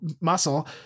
muscle